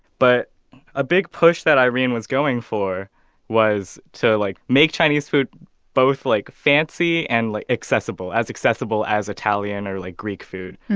but a big push that irene was going for was to, like, make chinese food both, like, fancy and like accessible, as accessible as italian or, like, greek food,